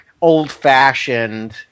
old-fashioned